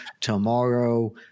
tomorrow